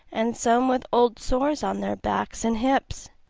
and some with old sores on their backs and hips.